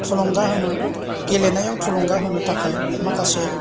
थुलुंगा होनो गेलेनायाव थुलुंगा होनो थाखाय माखासे